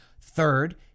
Third